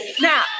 Now